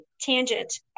tangent